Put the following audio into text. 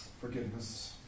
forgiveness